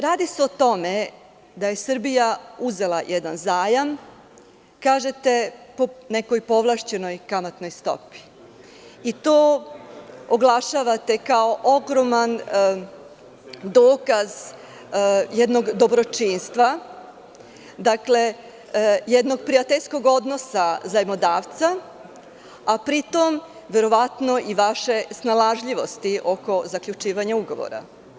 Radi se o tome da je Srbija uzela jedan zajam, a vi kažete po nekoj povlašćenoj kamatnoj stopi i to oglašavate kao ogroman dokaz jednog dobročinstva, jednog prijateljskog odnosa zajmodavca, a pri tom i vaše snalažljivosti oko zaključivanja ugovor.